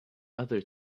other